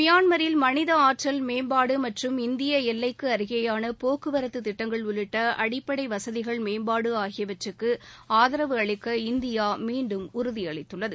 மியான்மரில் மனித ஆற்றல் மேம்பாடு மற்றும் இந்திய எல்லைக்கு அருகேயான போக்குவரத்து திட்டங்கள் உள்ளிட்ட அடிப்படை வசதிகள் மேம்பாடு ஆகியவற்றுக்கு ஆதரவு அளிக்க இந்தியா மீண்டும் உறுதி அளித்துள்ளது